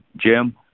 Jim